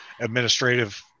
administrative